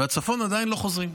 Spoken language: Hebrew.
בצפון עדיין לא חוזרים.